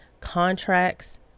Contracts